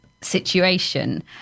situation